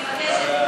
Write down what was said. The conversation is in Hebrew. אני מבקשת,